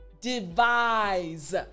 Devise